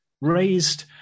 raised